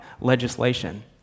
Legislation